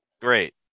Great